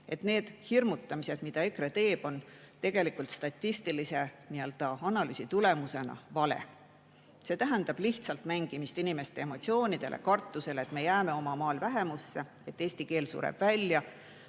et see hirmutamine, mida EKRE teeb, on tegelikult statistilise analüüsi tulemuse kohaselt vale. See tähendab lihtsalt mängimist inimeste emotsioonidele, kartusele, et me jääme oma maal vähemusse, et eesti keel sureb välja.